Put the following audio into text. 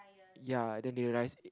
ya then they realise it